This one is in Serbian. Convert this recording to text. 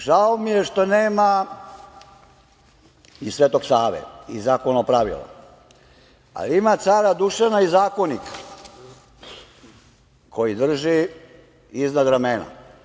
Žao mi je što nema i Svetog Save i Zakonopravila, ali ima cara Dušana i Zakonik koji drži iznad razmena.